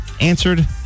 answered